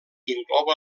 inclou